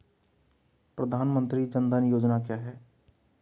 प्रधानमंत्री जन धन योजना क्या है?